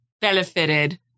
benefited